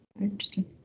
Interesting